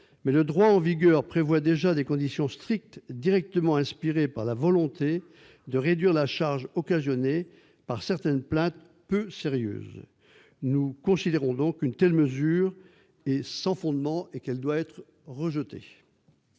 mais le droit en vigueur prévoit déjà des conditions strictes, directement inspirées par la volonté de réduire la charge occasionnée par certaines plaintes peu sérieuses. Une telle mesure est sans fondement et doit être rejetée.